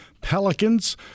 Pelicans